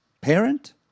parent